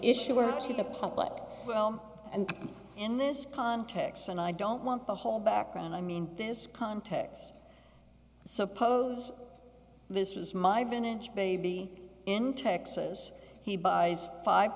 to the public well and in this context and i don't want the whole background i mean this context suppose this was my vintage baby in texas he buys five